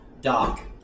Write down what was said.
Doc